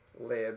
lib